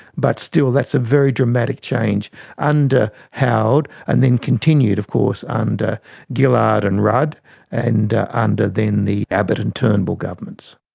but still, that's a very dramatic change under howard and then continued of course under gillard and rudd and under then the abbott and turnbull governments.